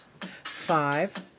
five